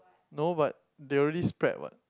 no but they already spread what